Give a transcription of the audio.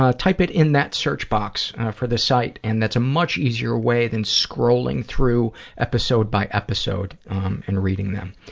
ah type it in that search box for the site, and that's a much easier way than scrolling through episode by episode and reading them.